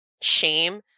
shame